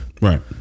Right